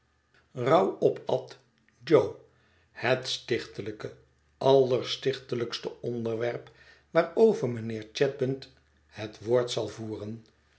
rauw opat jo het stichtelijke allerstichtelijkste onderwerp waarover mijnheer chadband het woord zal voeren